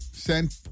sent